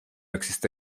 existe